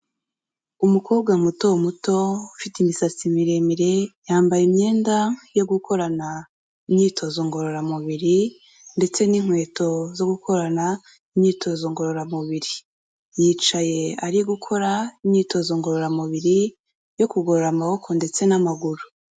Umukobwa muto muto ufite imisatsi miremire, yambaye imyenda yo gukorana imyitozo ngororamubiri ndetse n'inkweto zo gukorana imyitozo ngororamubiri, yicaye ari gukora imyitozo ngororamubiri yo kugorora amaboko ndetse n'amaguru.